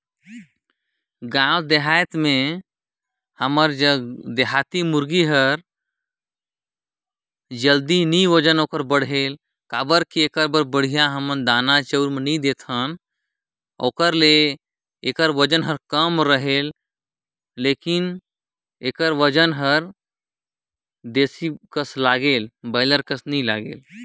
देसी कुकरी हर हालु नइ बाढ़े अउ बड़िहा पोसक दाना नइ मिले तेखर चलते एखर ओजन थोरहें रहथे